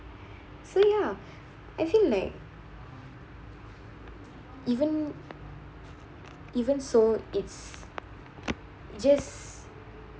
so ya I feel like even even so it's just